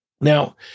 Now